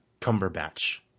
Cumberbatch